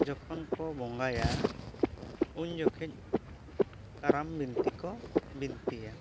ᱡᱚᱠᱷᱚᱱ ᱠᱚ ᱵᱚᱸᱜᱟᱭᱟ ᱩᱱ ᱡᱚᱠᱷᱮᱡ ᱠᱟᱨᱟᱢ ᱵᱤᱱᱛᱤ ᱠᱚ ᱵᱤᱱᱛᱤᱭᱟ